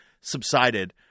subsided